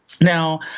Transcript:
Now